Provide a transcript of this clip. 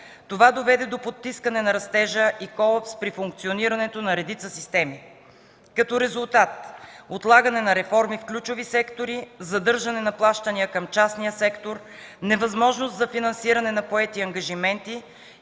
Това доведе до потискане на растежа и колапс при функционирането на редица системи. Като резултат – отлагане на реформи в ключови сектори, задържане на плащания към частния сектор, невъзможност за финансиране на поети ангажименти,